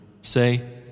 Say